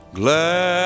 glad